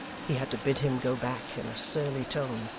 he had to bid him go back in a surly tone,